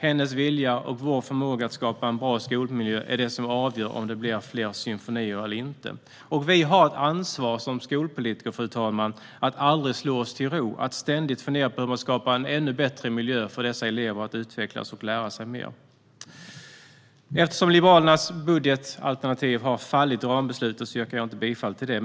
Människans vilja och vår förmåga att skapa en bra skolmiljö är avgörande för om det ska bli fler symfonier eller inte. Fru talman! Vi har som skolpolitiker ett ansvar för att aldrig slå oss till ro, att ständigt fundera över hur man skapar en ännu bättre miljö för eleverna att utvecklas och lära sig mera. Eftersom Liberalernas budgetalternativ har fallit i rambeslutet yrkar jag inte bifall till det.